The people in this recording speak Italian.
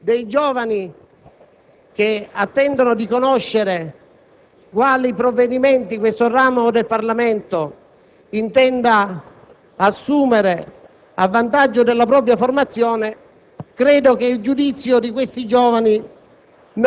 Signor Presidente, colleghi, avevamo proposto una serie di emendamenti per migliorare l'articolo 1, che sono stati